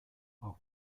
auch